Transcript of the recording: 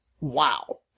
wow